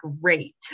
great